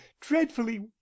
dreadfully